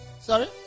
Sorry